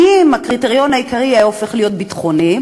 כי אם הקריטריון העיקרי היה הופך להיות ביטחוני,